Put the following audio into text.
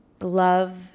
love